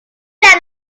rossa